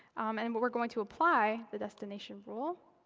i mean but we're going to apply the destination rule,